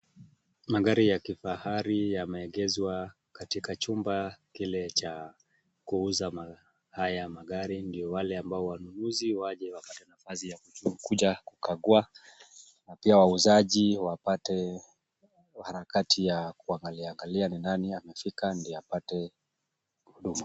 Magari ya kifahari yameekezwa katika chumba kile cha kuuza haya magari ndio wale ambao wanunuzi waje kukagua pia wauzaji wapate harakati ya kuangalia angalia ni nani amefika ndio apate kuuza.